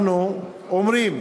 אנחנו אומרים